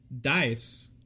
dice